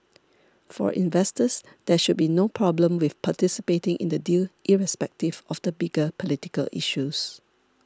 for investors there should be no problem with participating in the deal irrespective of the bigger political issues